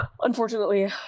unfortunately